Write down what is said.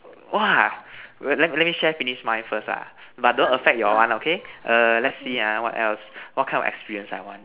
!wah! will let let me share finish mine first lah but don't affect your one okay err let's see ah what else what kind of experience I want